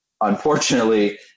unfortunately